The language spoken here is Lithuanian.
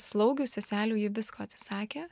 slaugių seselių ji visko atsisakė